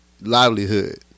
livelihood